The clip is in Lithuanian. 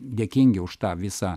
dėkingi už tą visą